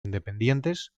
independientes